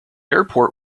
airport